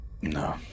No